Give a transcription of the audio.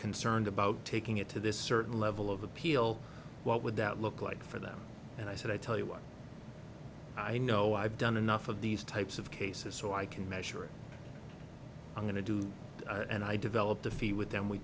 concerned about taking it to this certain level of appeal what would that look like for them and i said i tell you what i know i've done enough of these types of cases so i can measure it i'm going to do and i developed a fee with them we